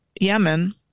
Yemen